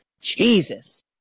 Jesus